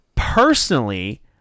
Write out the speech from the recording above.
Personally